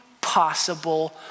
possible